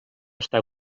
està